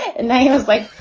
and they was like,